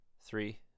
Three